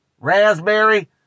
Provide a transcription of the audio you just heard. raspberry